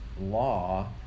law